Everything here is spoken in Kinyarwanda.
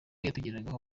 yatugezagaho